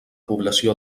població